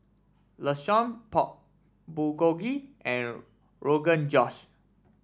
Lasagne Pork Bulgogi and Rogan Josh